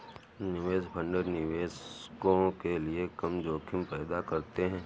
निवेश फंड निवेशकों के लिए कम जोखिम पैदा करते हैं